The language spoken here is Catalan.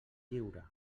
lliure